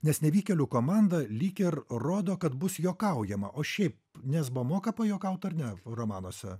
nes nevykėlių komanda lyg ir rodo kad bus juokaujama o šiaip nesbo moka pajuokaut ar ne romanuose